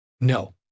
No